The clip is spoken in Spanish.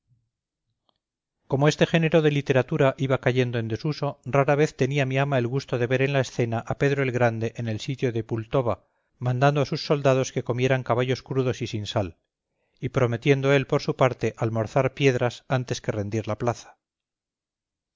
como este género de literatura iba cayendo en desuso rara vez tenía mi ama el gusto de ver en la escena a pedro el grande en el sitio de pultowa mandando a sus soldados que comieran caballos crudos y sin sal y prometiendo él por su parte almorzar piedras antes que rendir la plaza